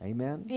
Amen